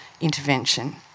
intervention